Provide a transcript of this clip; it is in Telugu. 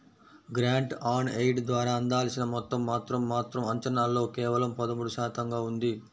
గ్రాంట్ ఆన్ ఎయిడ్ ద్వారా అందాల్సిన మొత్తం మాత్రం మాత్రం అంచనాల్లో కేవలం పదమూడు శాతంగా ఉంది